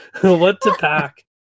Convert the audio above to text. What-to-pack